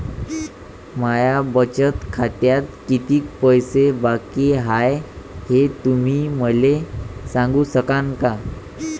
माया बचत खात्यात कितीक पैसे बाकी हाय, हे तुम्ही मले सांगू सकानं का?